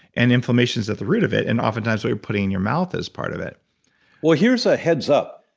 and the inflammation is at the root of it. and oftentimes, what you're putting in your mouth is part of it well, here's a heads up.